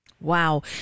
Wow